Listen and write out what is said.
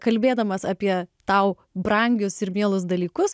kalbėdamas apie tau brangius ir mielus dalykus